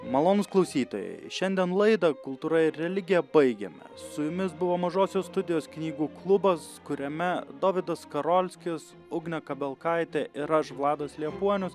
malonūs klausytojai šiandien laidą kultūra ir religija baigiame su jumis buvo mažosios studijos knygų klubas kuriame dovydas skarolskis ugnė kabelkaitė ir aš vladas liepuonius